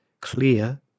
clear